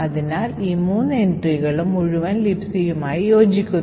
അതിനാൽ ഈ മൂന്ന് എൻട്രികളും മുഴുവൻ Libcയുമായി യോജിക്കുന്നു